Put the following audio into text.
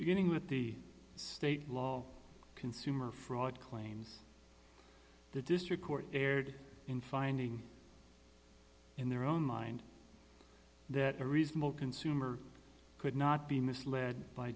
beginning with the state law consumer fraud claims the district court erred in finding in their own mind that a reasonable consumer could not be misled by